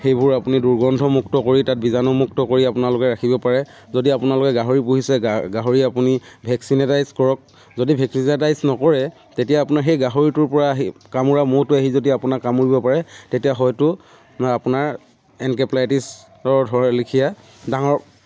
সেইবোৰ আপুনি দুৰ্গন্ধ মুক্ত কৰি তাত বীজাণুমুক্ত কৰি আপোনালোকে ৰাখিব পাৰে যদি আপোনালোকে গাহৰি পুহিছে গাহৰি আপুনি ভেকচিনেটাইজড্ কৰক যদি ভেকচিনেটাইজ নকৰে তেতিয়া আপোনাৰ সেই গাহৰিটোৰ পৰা আহি কামোৰা ম'হটো আহি যদি আপোনাক কামুৰিব পাৰে তেতিয়া হয়তো আপোনাৰ এনকেফেলাইটিছৰ ধৰে লেখিয়া ডাঙৰ